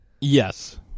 Yes